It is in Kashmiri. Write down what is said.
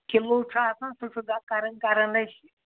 کِلوٗ چھُ آسان سُہ چھُ گا کَران کَران أسۍ